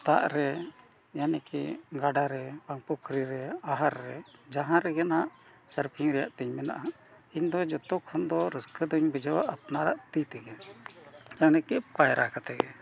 ᱫᱟᱜ ᱨᱮ ᱡᱟᱱᱮ ᱠᱤ ᱜᱟᱰᱟ ᱨᱮ ᱵᱟᱝ ᱯᱩᱠᱷᱨᱤ ᱨᱮ ᱟᱦᱟᱨ ᱨᱮ ᱡᱟᱦᱟᱸ ᱨᱮᱜᱮ ᱱᱟᱦᱟᱜ ᱥᱟᱨᱯᱷᱤᱝ ᱨᱮᱭᱟᱜ ᱛᱤᱧ ᱢᱮᱱᱟᱜᱼᱟ ᱤᱧ ᱫᱚ ᱡᱚᱛᱚ ᱠᱷᱚᱱ ᱫᱚ ᱨᱟᱹᱥᱠᱟᱹ ᱫᱚᱧ ᱵᱩᱡᱷᱟᱹᱣᱟ ᱟᱯᱱᱟᱨᱟᱜ ᱛᱤ ᱛᱮᱜᱮ ᱡᱟᱱᱮ ᱠᱤ ᱯᱟᱭᱨᱟ ᱠᱟᱛᱮ ᱜᱮ